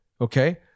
Okay